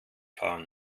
fahren